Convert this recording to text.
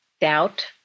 Doubt